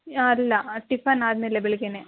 ಹಾಂ ಅಲ್ಲ ಟಿಫನ್ ಆದಮೇಲೆ ಬೆಳಗ್ಗೆನೆ